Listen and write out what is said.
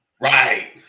right